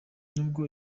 nubwo